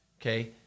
Okay